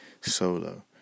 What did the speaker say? solo